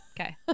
okay